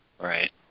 right